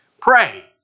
Pray